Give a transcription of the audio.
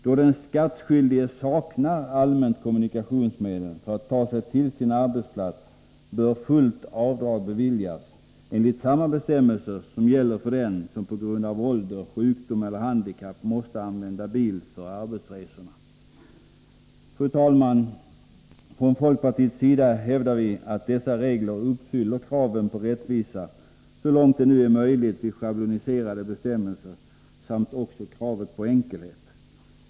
Då den skattskyldige saknar allmänna kommunikationsmedel för resorna till sin arbetsplats bör fullt avdrag beviljas enligt samma bestämmelser som gäller för den som på grund av ålder, sjukdom eller handikapp måste använda bil för arbetsresorna. Fru talman! Från folkpartiets sida hävdar vi att dessa regler uppfyller kravet på rättvisa — så långt det nu är möjligt vid schabloniserade bestämmelser — samt även kravet på enkelhet.